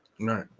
Right